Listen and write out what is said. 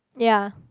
ya